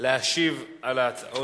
להשיב על ההצעות